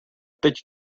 teď